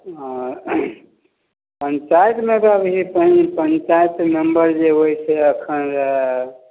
हँ पञ्चायतमे तऽ अभी ई पञ्चायत मेंबर जे होइ छै एखन